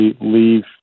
leave